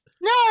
No